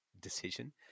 decision